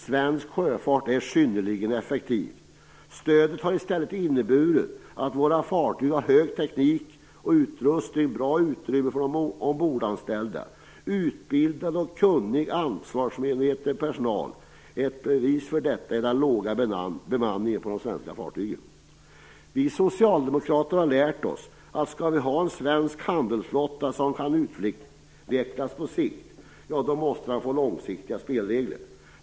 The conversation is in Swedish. Svensk sjöfart är synnerligen effektiv. Stödet har i stället inneburit att våra fartyg har hög teknisk utrustning och bra utrymme för de ombordanställda och utbildad, kunnig och ansvarsmedveten personal. Ett bevis för detta är den låga bemanningen på de svenska fartygen. Om den svenska handelsflottan skall kunna utvecklas på sikt har vi socialdemokrater lärt oss att vi måste ge den långsiktiga spelregler.